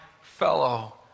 fellow